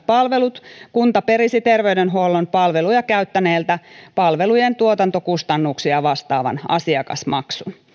palvelut kunta perisi terveydenhuollon palveluja käyttäneiltä palvelujen tuotantokustannuksia vastaavan asiakasmaksun